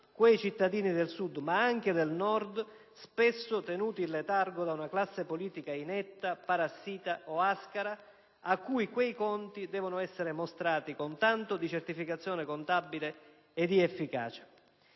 Quei cittadini del Sud, ma anche del Nord, spesso tenuti in letargo da una classe politica inetta, parassita o ascara a cui quei conti dovranno essere mostrati con tanto di certificazione contabile e di efficacia.